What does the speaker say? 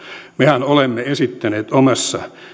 mehän olemme esittäneet omassa